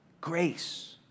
grace